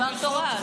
דבר תורה.